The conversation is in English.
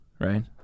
right